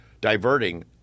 diverting